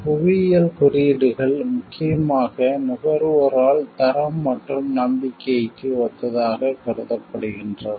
புவியியல் குறியீடுகள் முக்கியமாக நுகர்வோரால் தரம் மற்றும் நம்பிக்கைக்கு ஒத்ததாகக் கருதப்படுகின்றன